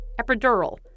epidural